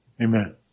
Amen